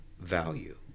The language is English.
value